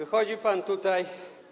Wychodzi pan tutaj.